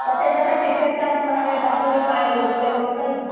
कतेकके देखै छिए खेत चास भए गेलै तब गहीँरकाके लोक खेत रोपतै ने